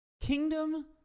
kingdom